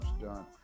done